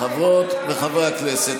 חברות וחברי הכנסת,